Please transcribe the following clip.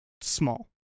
small